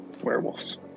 Werewolves